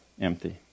empty